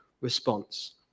response